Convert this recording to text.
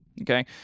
Okay